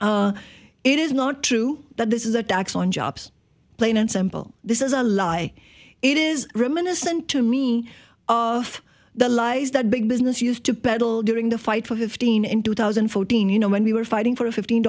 it is not true that this is a tax on jobs plain and simple this is a lie it is reminiscent to me of the lies that big business used to peddle during the fight for fifteen in two thousand and fourteen you know when we were fighting for fifteen